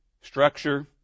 structure